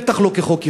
בטח לא כחוק-יסוד.